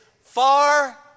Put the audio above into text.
far